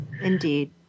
Indeed